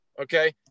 okay